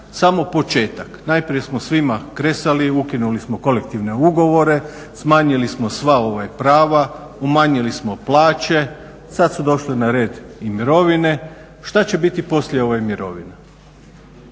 samo početak? Najprije smo svima kresali, ukinuli smo kolektivne ugovore, smanjili smo sva prava, umanjili smo plaće, sada su došle na red i mirovine. Šta će biti poslije ove mirovine?